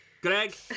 Greg